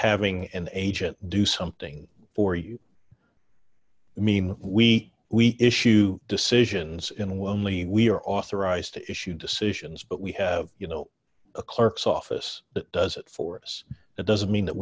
having an agent do something for you i mean we we issue decisions in we're only we are authorized to issue decisions but we have you know a clerk's office that does it for us that doesn't mean that